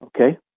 Okay